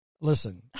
Listen